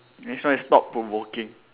next one is thought provoking